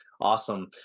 awesome